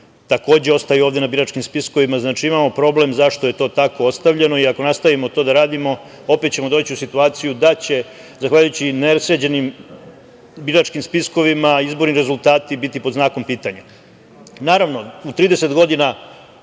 takođe ostaju ovde na biračkim spiskovima. Znači, imao problem zašto je to tako ostavljeno i ako nastavimo to da radimo opet ćemo doći u situaciju da će zahvaljujući nesređenim biračkim spiskovima izbori i rezultata biti pod znakom pitanja. Naravno, u 30 godina